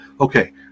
okay